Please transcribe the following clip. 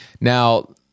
Now